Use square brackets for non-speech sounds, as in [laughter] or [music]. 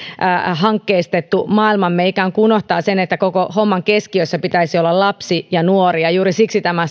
hankkeistettu maailmamme ikään kuin unohtaa sen että koko homman keskiössä pitäisi olla lapsi ja nuori ja juuri siksi tämä [unintelligible]